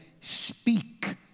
Speak